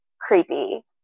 creepy